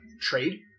trade